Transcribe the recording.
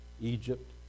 Egypt